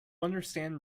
understand